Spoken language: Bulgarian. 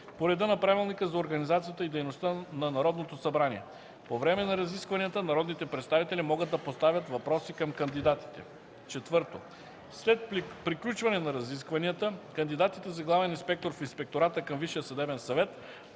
по реда на Правилника за организацията и дейността на Народното събрание. По време на разискванията народните представители могат да поставят въпроси към кандидатите. 4. След приключване на разискванията кандидатите за главен инспектор в Инспектората към